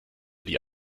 die